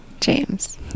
James